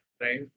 right